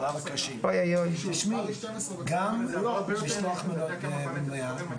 עברה ועשתה את הפיקוח הפרלמנטרי שלה על התקנות.